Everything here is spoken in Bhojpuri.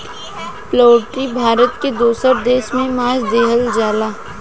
पोल्ट्री भारत से दोसर देश में मांस देहल जाला